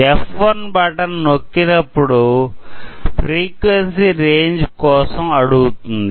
F1 button నొక్కినప్పుడు frequency range కోసం అడుగుతుంది